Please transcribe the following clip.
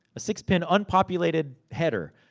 a six-pin, unpopulated header.